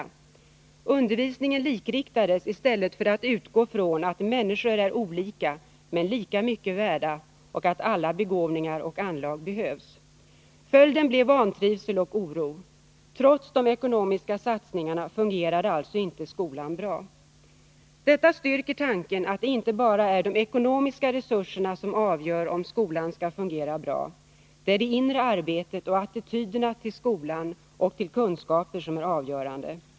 Man likriktade undervisningen i stället för att utgå från att människor är olika men lika mycket värda och att alla begåvningar och anlag behövs. Följden blev vantrivsel och oro. Trots de ekonomiska satsningarna fungerade alltså inte skolan bra. Detta styrker tanken att det inte bara är de ekonomiska resurserna som avgör om skolan skall fungera bra — det är det inre arbetet och attityderna till skolan och till kunskaper som är avgörande.